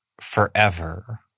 forever